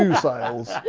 um sales,